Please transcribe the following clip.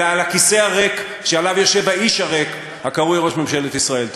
אלא אל הכיסא הריק שעליו יושב האיש הריק הקרוי ראש ממשלת ישראל.